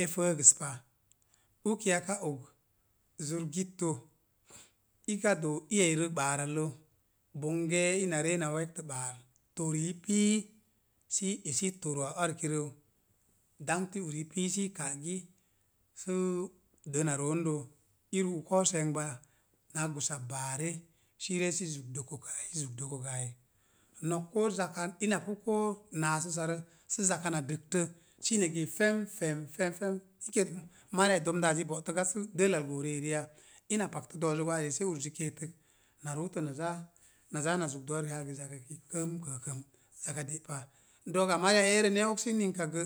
E fəəgəs pa, uki aka og zur gittə iyairə ɓaarallə bonge ina re we̱ktə ɓaar. Torii pii sə i esi toruwa arkirəu, dangti ori ru'uk koou sengba naa gusa baare sə i ree sə i zugto koga ai, i zugto koga ai, nok koo zaka ina pu koo naas usarə sə zaka na dəgtə sə ina gee fem fe'm fem fem, shi kenan mariyai dondaazi bo̱'tə ga sə dəllal goo ri'eri ya? Ina paktə do̱'zə gwa sə urzi keetək, na ruutə na zaa, na zaa na zugdə ana gwaagəz zaka elei, fem fem fem, zaka de’ pa. De gamriya eerəi ni e oksi ninkak gə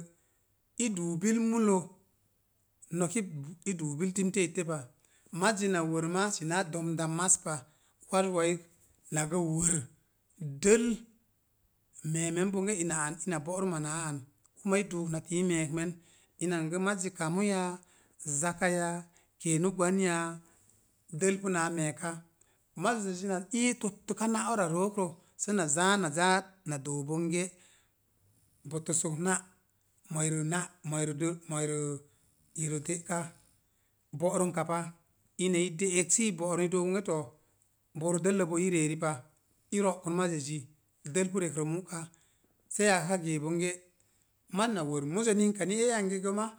i duu bil timte itte pa. Mazzi na wor maa sənaa domda maz pa, waz wai nagə wor, dəl me̱e̱me̱n bonge ma an ina ba rəmman aa an, kuma i duuk pate i me̱e̱kme̱n, inan gə mazzi kamu yaaz zaka yaa? Keenu gwan yaa? Dəl pu naa me̱e̱ka. Mazzəzzi na ii tolləka na ara rookrə səna zaa na zaa na doo bonge, bo tosək na mo̱o̱ iirə na’ mooirə də', mo̱o̱irə iirə te'ke, bo̱'rəm ka pa. Ina i de'ek sə i bo̱'rə i dook inge, to, boorə dəllə bo ii ri'eri pa. i ro'kən mazəzzi, dəl pu rekrə mu'ka. Sei aka gee bonge, maz na wor musə ninkani ee yangigə ma